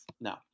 No